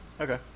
Okay